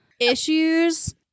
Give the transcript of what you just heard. issues